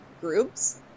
groups